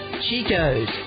Chico's